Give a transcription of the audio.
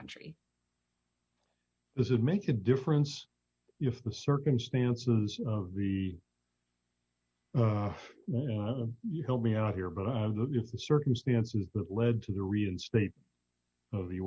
country this is make a difference if the circumstances of the one of you help me out here but of the circumstances that led to the reinstate of the